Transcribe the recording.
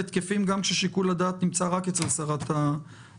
תקפים גם כששיקול הדעת נמצא רק אצל שרת הפנים.